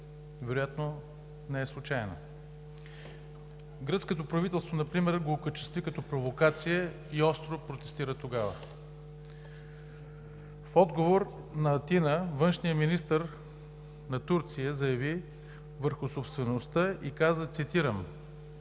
вероятно не е случайно. Гръцкото правителство например го окачестви като провокация и остро протестира тогава. В отговор на Атина външният министър на Турция заяви за собствеността и каза, цитирам: